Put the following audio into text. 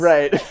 Right